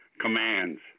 commands